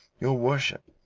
your worship,